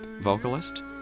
vocalist